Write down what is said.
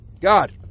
God